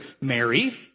Mary